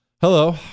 Hello